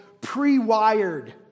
pre-wired